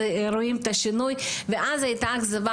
אז רואים את השינוי ואז הייתה אכזבה